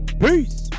peace